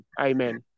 Amen